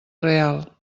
real